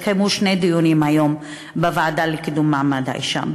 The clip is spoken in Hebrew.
התקיימו שני דיונים היום בוועדה לקידום מעמד האישה.